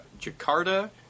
Jakarta